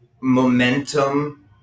momentum